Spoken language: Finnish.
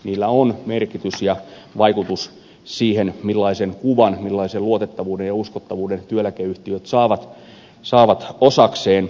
niillä on merkitys sille ja vaikutus siihen millaisen kuvan millaisen luotettavuuden ja uskottavuuden työeläkeyhtiöt saavat osakseen